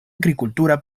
agrikultura